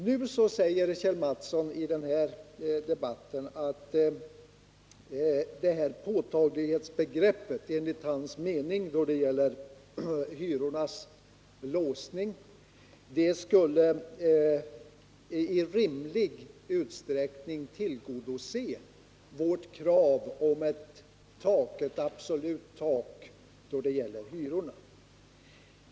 Nu säger Kjell Mattsson att påtaglighetsbegreppet enligt hans mening då det gäller hyrornas låsning i rimlig utsträckning skulle tillgodose vårt krav på ett absolut tak då det gäller hyrorna.